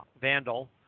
Vandal